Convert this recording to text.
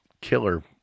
killer